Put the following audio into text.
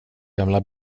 gamla